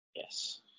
Yes